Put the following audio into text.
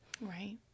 Right